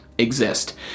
Exist